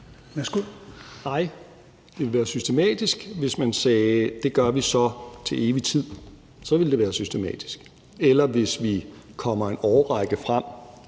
Hækkerup): Nej, det ville være systematisk, hvis man sagde, at det gør vi så til evig tid, så ville det være systematisk, eller hvis vi kommer en årrække frem.